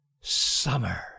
summer